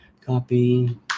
Copy